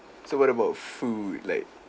so what about food like